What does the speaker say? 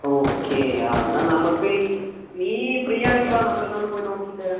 okay ആ എന്നാൽ നമുക്ക് ഈ നീ ഫ്രീ ആണെങ്കിൽ വാ നമുക്ക് എന്നാൽ ഒന്ന് പോയി നോക്കിയിട്ട് വരാം